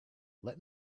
let